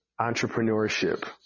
entrepreneurship